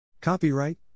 Copyright